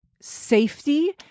Safety